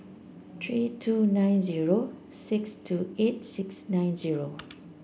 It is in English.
three two nine zero six two eight six nine zero